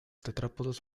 tetrápodos